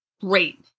great